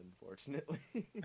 unfortunately